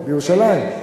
בירושלים,